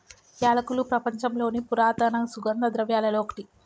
యాలకులు ప్రపంచంలోని పురాతన సుగంధ ద్రవ్యలలో ఒకటి